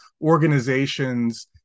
organizations